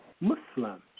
Muslim